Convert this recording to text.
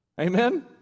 Amen